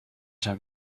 zijn